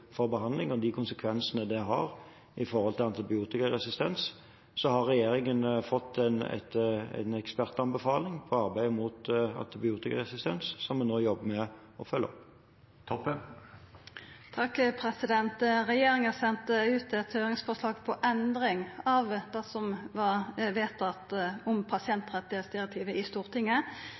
behandling, med de konsekvensene det har i forhold til antibiotikaresistens, har regjeringen fått en ekspertanbefaling i arbeidet mot antibiotikaresistens som vi nå jobber med å følge opp. Regjeringa sende ut eit høyringsforslag på endring av det som var vedtatt om pasientrettsdirektivet i Stortinget.